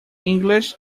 english